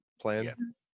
plan